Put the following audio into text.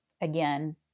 again